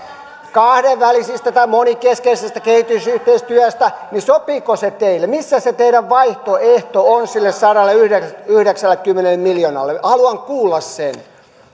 kahdenvälisestä tai monenkeskisestä kehitysyhteistyöstä sopiiko se teille missä se teidän vaihtoehtonne on sille sadalleyhdeksällekymmenelle miljoonalle haluan kuulla sen